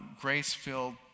grace-filled